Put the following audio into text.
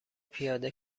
پیاده